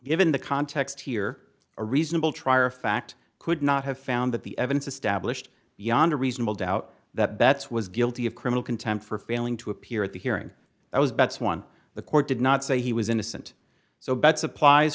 given the context here a reasonable trier of fact could not have found that the evidence established beyond a reasonable doubt that that's was guilty of criminal contempt for failing to appear at the hearing i was betts one the court did not say he was innocent so betts applies